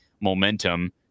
momentum